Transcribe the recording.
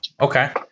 Okay